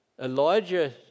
Elijah